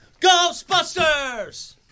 Ghostbusters